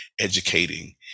educating